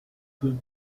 peux